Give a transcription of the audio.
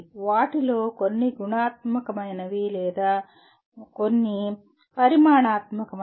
వాటిలో కొన్ని గుణాత్మకమైనవి లేదా కొన్ని పరిమాణాత్మకమైనవి